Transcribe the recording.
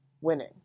winning